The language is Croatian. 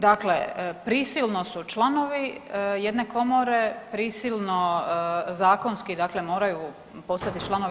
Dakle, prisilno su članovi jedne komore, prisilno zakonski dakle, moraju postati članovi.